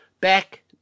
back